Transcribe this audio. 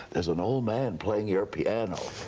there's an old man playing your piano.